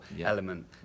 element